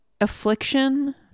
affliction